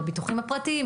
בביטוחים הפרטיים,